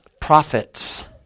prophets